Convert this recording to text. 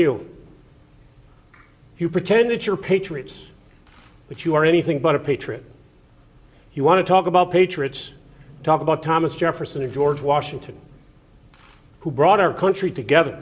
if you pretend that your patriots but you are anything but a patriot you want to talk about patriots talk about thomas jefferson or george washington who brought our country together